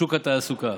ובשוק התעסוקה.